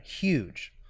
Huge